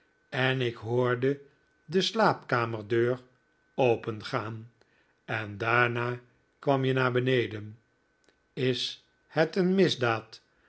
en ik hoorde de slaapkamerdeur opengaan en daarna kwam je naar beneden is het een misdaad